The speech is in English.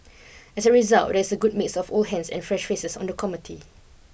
as a result there is a good mix of old hands and fresh faces on the committee